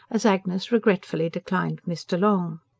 as agnes regretfully declined mr. long.